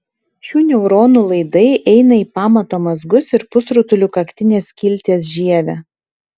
šių neuronų laidai eina į pamato mazgus ir pusrutulių kaktinės skilties žievę